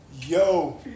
Yo